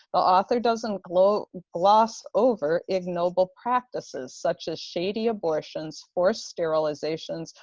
the author doesn't gloss gloss over ignoble practices such as shady abortions, forced sterilizations,